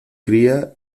cría